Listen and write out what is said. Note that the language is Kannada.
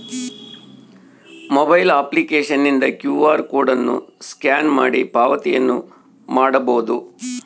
ಮೊಬೈಲ್ ಅಪ್ಲಿಕೇಶನ್ನಿಂದ ಕ್ಯೂ ಆರ್ ಕೋಡ್ ಅನ್ನು ಸ್ಕ್ಯಾನ್ ಮಾಡಿ ಪಾವತಿಯನ್ನ ಮಾಡಬೊದು